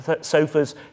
sofas